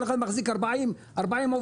כל אחד מחזיק 40 עובדים.